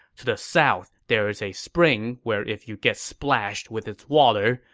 to the south there is a spring where if you get splashed with its water,